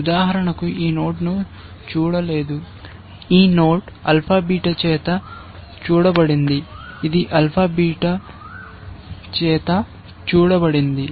ఉదాహరణకు ఈ నోడ్ను చూడలేదు ఈ నోడ్ ఆల్ఫా బీటా చేత చూడబడింది